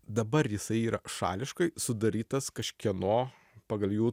dabar jisai yra šališkai sudarytas kažkieno pagal jų